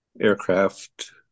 aircraft